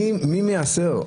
מי מייסר?